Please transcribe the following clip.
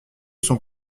sont